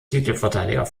titelverteidiger